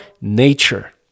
nature